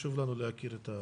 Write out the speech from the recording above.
חשוב לנו להכיר את זה.